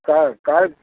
काय काय